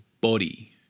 body